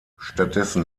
stattdessen